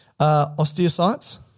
Osteocytes